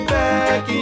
back